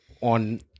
on